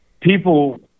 people